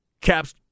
Cap's